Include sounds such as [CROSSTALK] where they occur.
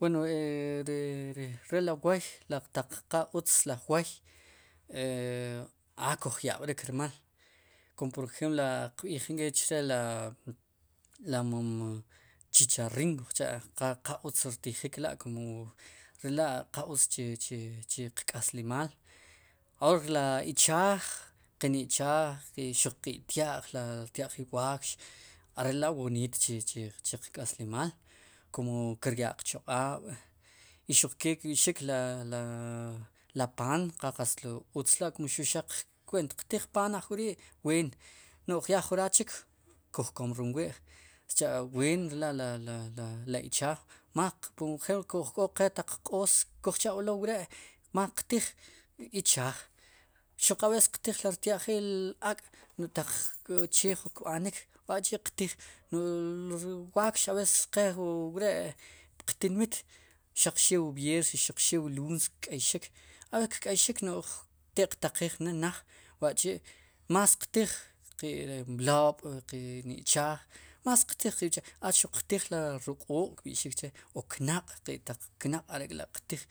Wen [HESITATION] re ri woy ataq qa utz laj wooy [HESITATION] a kuj yab'rik rmal kum por ejemplo qb'iij la', la momchicharin kuj cha'qe qa utz rtijik la' kum ri la' qa utz chi, chiqk'aslimal ahor li ichaaj kin ichaaj xuq qe' tya'j. rtya'jil waakx are'la' wooniit chuq k'aslimaal kum ki ryaa qchaqaab' y xuq ke kb'ixik la, la paan qa qatz tlo utz lá kun xaq wen xtiq tiij paan ojk'orii ween no'j ya juraat chik kuj kom rom wi'j sicha'ween re la' le ichaaj k'o qchaq'aab' maq por ejemplo uj k'oqoj taq q'oos kuj cha'b'elo'wre' más qtiij ichaaj xuq ab'ees qtij ri rtya'jil ak' no'j taq che jun kb'anik b'ayk'chi' qtij, no'j ri waakx haber qe wre' puqtinmit xaq xew wu viernes, wu lunes kk'eyxik ey kk'eyxik no'j ti'qtaqiij ne naj wa'chi' más qtij qe mloob' qen ichaaj más qtij ichaaj a xuq qtij li ruq'ooq'kb'ixik chee o knaq' qe'taq knaq' are'k'la' qtij